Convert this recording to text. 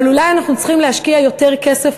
אבל אולי אנחנו צריכים להשקיע יותר כסף,